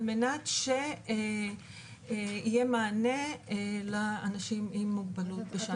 על מנת שיהיה מענה לאנשים עם מוגבלות בשעת חירום.